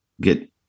get